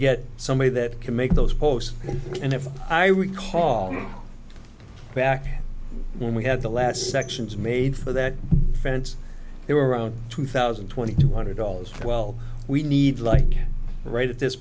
get somebody that can make those posts and if i recall back when we had the last sections made for that fence they were around two thousand and twenty two hundred dollars well we need like right at this